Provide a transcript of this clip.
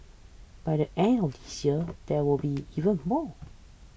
by the end of this year there will be even more